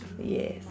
Yes